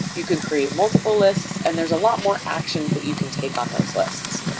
you can create multiple lists and there's a lot more actions that you can take on those lists.